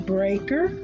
Breaker